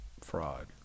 fraud